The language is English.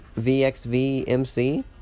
Vxvmc